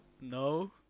no